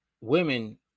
women